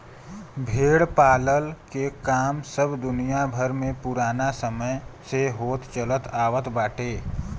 भेड़ पालला के काम सब दुनिया भर में पुराना समय से होत चलत आवत बाटे